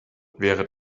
wäre